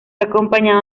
acompañado